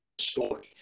story